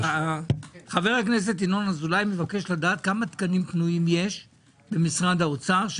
חבר הכנסת ינון אזולאי מבקש לדעת כמה תקנים פנויים יש במשרד האוצר.